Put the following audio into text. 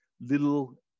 little